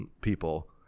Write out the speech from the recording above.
people